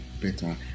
better